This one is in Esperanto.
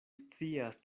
scias